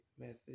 message